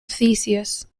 theseus